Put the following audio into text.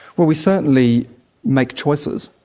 well, we certainly make choices,